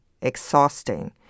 exhausting